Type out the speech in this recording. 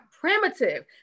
primitive